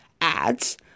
ads